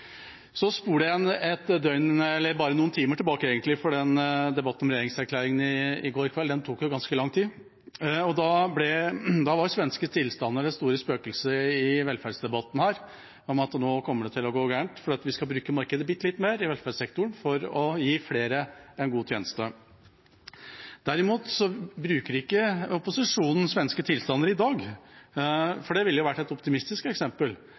Så spoler jeg et døgn tilbake – eller bare noen timer, for debatten om regjeringserklæringen i går kveld tok jo ganske lang tid. Da var svenske tilstander det store spøkelset i velferdsdebatten – at nå kommer det til å gå galt fordi vi skal bruke markedet bitte litt mer i velferdssektoren for å gi flere en god tjeneste. Derimot snakker ikke opposisjonen om svenske tilstander i dag, for det ville jo vært et optimistisk eksempel.